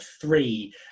three